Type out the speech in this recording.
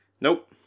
nope